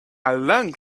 long